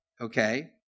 okay